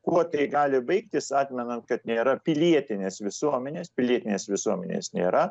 kuo tai gali baigtis atmenant kad nėra pilietinės visuomenės pilietinės visuomenės nėra